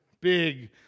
big